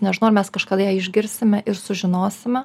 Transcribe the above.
nežinau ar mes kažkada ją išgirsime ir sužinosime